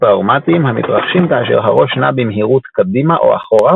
טראומטיים המתרחשים כאשר הראש נע במהירות קדימה או אחורה,